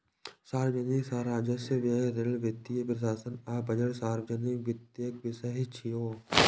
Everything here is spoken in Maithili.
सार्वजनिक राजस्व, व्यय, ऋण, वित्तीय प्रशासन आ बजट सार्वजनिक वित्तक विषय छियै